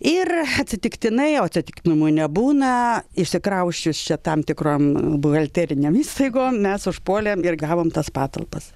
ir atsitiktinai o atsitiktinumų nebūna išsikrausčius čia tam tikrom buhalterinėm įstaigom mes užpuolėm ir gavom tas patalpas